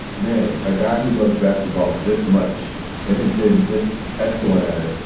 man, a guy who loves basketball this much and has been this excellent at it.